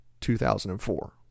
2004